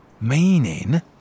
Meaning